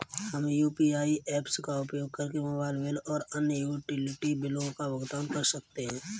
हम UPI apps का उपयोग करके मोबाइल बिल और अन्य यूटिलिटी बिलों का भुगतान कर सकते हैं